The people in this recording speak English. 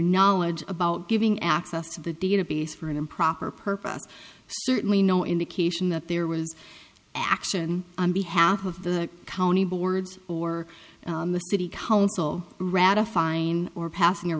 knowledge about giving access to the database for an improper purpose certainly no indication that there was action on behalf of the county boards or the city council ratifying or passing a